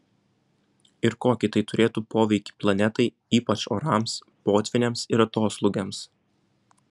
ir kokį tai turėtų poveikį planetai ypač orams potvyniams ir atoslūgiams